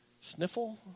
sniffle